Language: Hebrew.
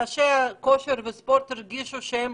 אנשי הכושר והספורט הרגישו שהם